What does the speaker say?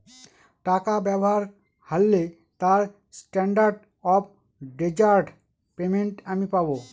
টাকা ব্যবহার হারলে তার স্ট্যান্ডার্ড অফ ডেজার্ট পেমেন্ট আমি পাব